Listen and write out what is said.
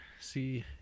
See